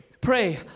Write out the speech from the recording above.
Pray